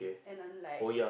and I'm like